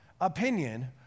opinion